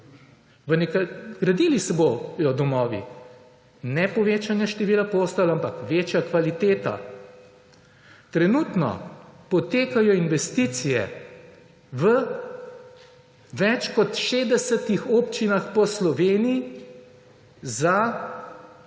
sobe. Gradili se bodo domovi, ne povečanje števila postelj, ampak večja kvaliteta. Trenutno potekajo investicije v več kot 60. občinah po Sloveniji za